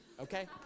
okay